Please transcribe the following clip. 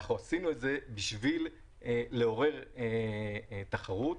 עשינו את זה בשביל לעורר תחרות.